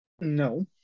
no